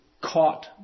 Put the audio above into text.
caught